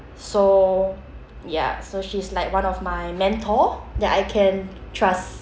so ya so she's like one of my mentor that I can trust